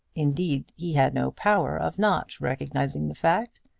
indeed, he had no power of not recognising the fact,